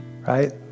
Right